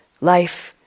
life